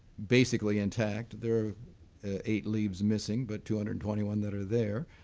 basically intact there are eight leaves missing, but two hundred and twenty one that are there